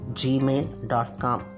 gmail.com